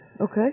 Okay